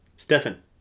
Stefan